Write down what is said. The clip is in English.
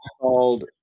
called